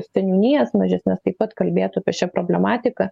seniūnijas mažesnes taip pat kalbėtų apie šią problematiką